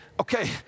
Okay